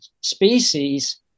species